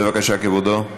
בבקשה, כבודו.